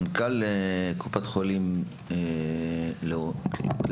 מנכ"ל קופת חולים כללית,